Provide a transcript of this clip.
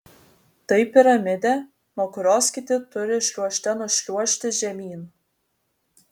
tai piramidė nuo kurios kiti turi šliuožte nušliuožti žemyn